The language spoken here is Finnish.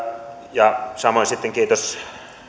samoin sitten kiitos